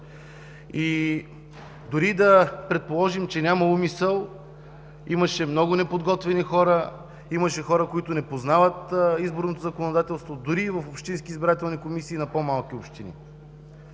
Дори и да предположим, че няма умисъл, имаше много неподготвени хора, имаше хора, които не познават изборното законодателство дори и в общински избирателни комисии на по-малки общини.